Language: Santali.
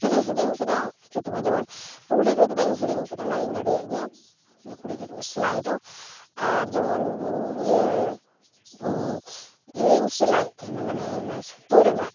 ᱠᱤᱪᱷᱩᱫᱩᱧ ᱦᱤᱲᱤᱧ ᱠᱟᱫᱟ ᱠᱤᱪᱷᱩᱫᱚ ᱵᱟᱝ ᱡᱮᱢᱚᱱ ᱞᱩᱜᱽᱲᱤᱡᱨᱚᱜ ᱫᱚ ᱵᱟᱹᱧ ᱦᱤᱲᱤᱧ ᱠᱟᱫᱟ ᱚᱱᱟᱫᱩᱧ ᱫᱟᱲᱮᱭᱟᱜ ᱜᱮᱭᱟ ᱞᱩᱜᱽᱲᱤᱡ ᱨᱚᱜ ᱥᱤᱞᱟᱭᱫᱚ ᱟᱨ ᱡᱮᱢᱚᱱ ᱤᱭᱟᱹ ᱤᱭᱟᱹᱧ ᱥᱤᱞᱟᱭᱮᱫ ᱛᱮᱦᱮᱱᱟ ᱢᱟᱱᱮ ᱥᱩᱛᱟᱹ ᱨᱮᱱᱟᱜ